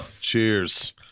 Cheers